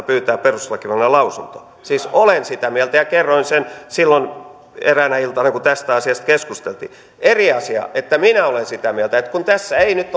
pyytää perustuslakivaliokunnan lausunto siis olen sitä mieltä ja kerroin sen silloin eräänä iltana kun tästä asiasta keskusteltiin eri asia on se että minä olen sitä mieltä että kun tässä ei nyt